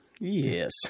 Yes